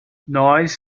nós